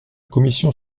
commission